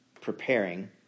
preparing